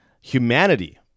humanity